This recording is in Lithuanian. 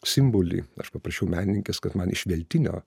simbolį aš paprašiau menininkės kad man iš veltinio